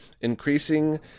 increasing